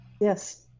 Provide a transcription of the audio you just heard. yes